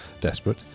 desperate